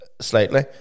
slightly